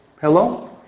Hello